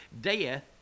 Death